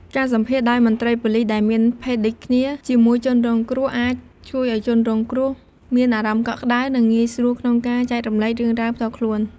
ការសម្ភាសន៍ដោយមន្ត្រីប៉ូលិសដែលមានភេទដូចគ្នាជាមួយជនរងគ្រោះ អាចជួយឲ្យជនរងគ្រោះមានអារម្មណ៍កក់ក្ដៅ និងងាយស្រួលក្នុងការចែករំលែករឿងរ៉ាវផ្ទាល់ខ្លួន។